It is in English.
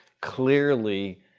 clearly